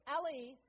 Ellie